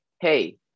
hey